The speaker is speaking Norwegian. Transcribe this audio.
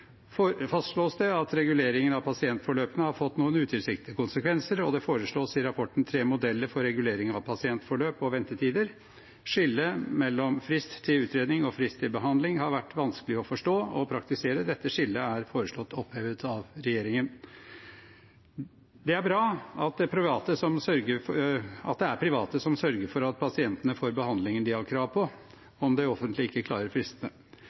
fastslås det at reguleringen av pasientforløpene har fått noen utilsiktede konsekvenser. Det foreslås i rapporten tre modeller for regulering av pasientforløp og ventetider. Skillet mellom frist til utredning og frist til behandling har vært vanskelig å forstå og praktisere. Dette skillet er foreslått opphevet av regjeringen. Det er bra at det er private som sørger for at pasientene får behandlingen de har krav på, om det offentlige ikke klarer fristene.